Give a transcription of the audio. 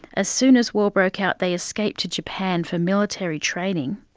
as soon as war broke out, they escaped to japan for military training,